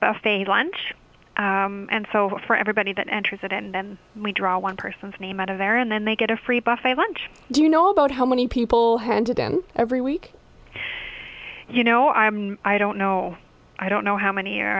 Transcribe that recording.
for lunch and so for everybody that enters it and then we draw one person's name out of there and then they get a free buffet lunch do you know about how many people handed in every week you know i'm i don't know i don't know how many